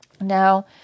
now